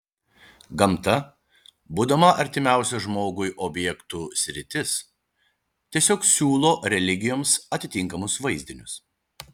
gamta būdama artimiausia žmogui objektų sritis tiesiog siūlo religijoms atitinkamus vaizdinius